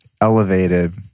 elevated